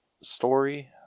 story